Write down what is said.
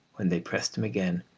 when they pressed him again,